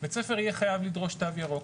בית ספר יהיה חייב לדרוש תו ירוק.